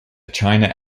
china